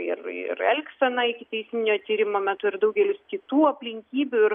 ir elgsena ikiteisminio tyrimo metu ir daugelis kitų aplinkybių